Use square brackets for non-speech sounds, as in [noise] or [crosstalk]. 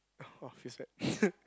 oh !wah! feels bad [laughs]